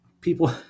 People